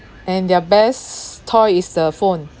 and their best toy is the phone